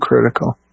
critical